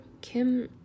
Kim